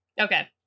Okay